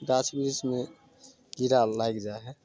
गाछ वृक्षमे कीड़ा लागि जाइ हइ